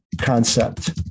concept